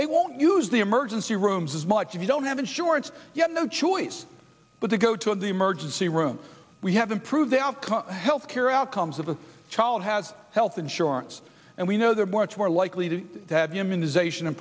they won't use the emergency rooms as much if you don't have insurance you have no choice but to go to the emergency room we have improved outcomes health care outcomes of the child has health insurance and we know there are more likely to be him in his asian and